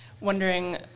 wondering